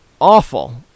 awful